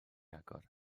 agor